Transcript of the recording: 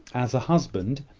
as a husband,